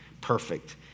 Perfect